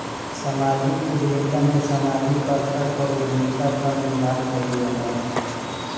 समाजिक उद्यमिता में सामाजिक स्तर पअ उद्यमिता कअ निर्माण कईल जाला